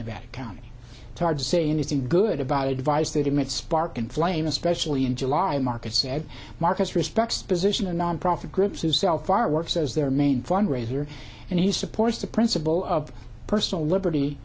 bad county hard to say anything good about a device that emits spark and flame especially in july market said marcus respects position a nonprofit groups who sell fireworks as their main fundraiser and he supports the principle of personal liberty